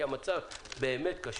כי המצב באמת קשה.